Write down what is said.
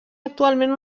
actualment